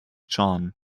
john